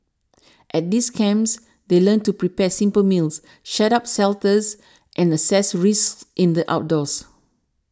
at these camps they learn to prepare simple meals shed up shelters and assess risks in the outdoors